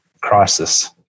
crisis